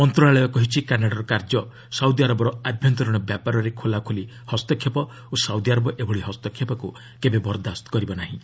ମନ୍ତଶାଳୟ କହିଛି କାନାଡାର କାର୍ଯ୍ୟ ସାଉଦିଆରବର ଆଭ୍ୟନ୍ତରୀଣ ବ୍ୟାପାରରେ ଖୋଲାଖୋଲି ହସ୍ତକ୍ଷେପ ଓ ସାଉଦିଆରବ ଏଭଳି ହସ୍ତକ୍ଷେପକୁ କେବେ ବରଦାସ୍ତ କରିବ ନାହିଁ